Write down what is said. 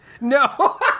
No